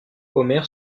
homer